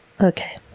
Okay